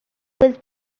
was